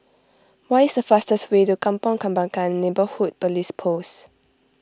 what is the fastest way to Kampong Kembangan Neighbourhood Police Post